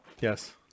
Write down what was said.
yes